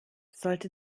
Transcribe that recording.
sollte